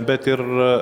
bet ir